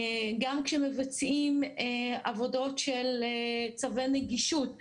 גם כשמבצעים עבודות של צווי נגישות,